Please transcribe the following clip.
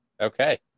Okay